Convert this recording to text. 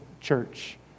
church